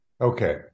Okay